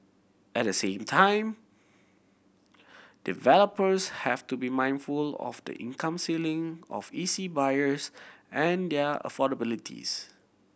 at the same time developers have to be mindful of the income ceiling of E C buyers and their affordabilities